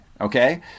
okay